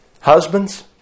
Husbands